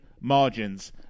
margins